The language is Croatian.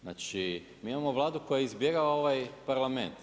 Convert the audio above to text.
Znači mi imamo Vladu koja izbjegava ovaj parlament.